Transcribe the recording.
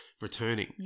returning